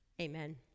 Amen